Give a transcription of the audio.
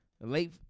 Late